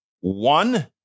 one